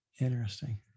Interesting